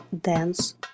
dance